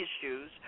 issues